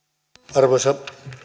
arvoisa